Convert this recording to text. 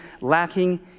lacking